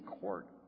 court